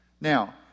Now